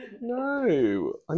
No